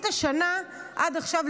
לדבר על עוד משהו שכמובן קשור